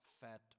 fat